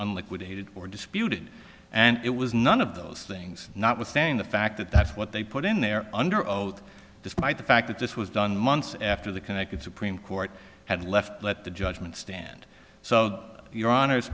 on liquidated or disputed and it was none of those things notwithstanding the fact that that's what they put in there under oath despite the fact that this was done months after the connecticut supreme court had left let the judgment stand so your hon